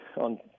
on